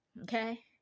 Okay